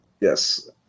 Yes